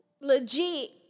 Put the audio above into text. legit